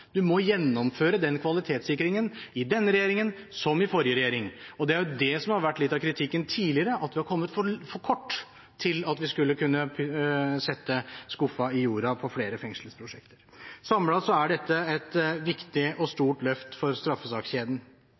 må gjennomføre den kvalitetssikringen i denne regjeringen, som i forrige regjering. Det er jo det som har vært litt av kritikken tidligere, at vi har kommet for kort til at vi skulle kunne sette skuffen i jorden på flere fengselsprosjekt. Samlet er dette et viktig og stort løft for straffesakskjeden.